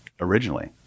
originally